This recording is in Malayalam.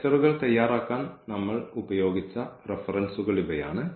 ലെക്ച്ചർകൾ തയ്യാറാക്കാൻ നമ്മൾ ഉപയോഗിച്ച റഫറൻസുകൾ ഇവയാണ്